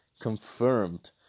confirmed